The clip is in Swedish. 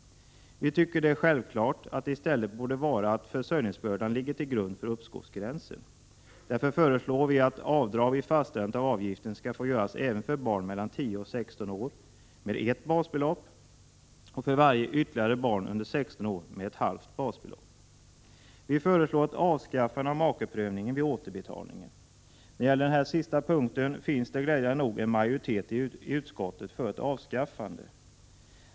Vi tycker självfallet att det i stället borde vara försörjningsbördan som ligger till grund för uppskovsgränsen. Därför föreslår vi att avdrag vid fastställande av avgiften skall få göras även för barn mellan 10 och 16 år med ett basbelopp och för varje ytterligare barn under 16 år med ett halvt basbelopp. Vi föreslår ett avskaffande av makeprövningen vid återbetalning. När det gäller den sistnämnda punkten finns det glädjande nog en majoritet i utskottet för ett avskaffande.